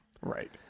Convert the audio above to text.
Right